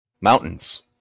mountains